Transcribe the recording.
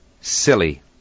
silly